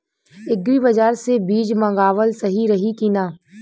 Agri बाज़ार से बीज मंगावल सही रही की ना?